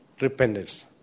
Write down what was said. repentance